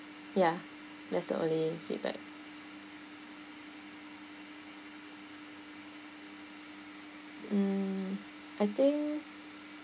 ya that's the only feedback mm I think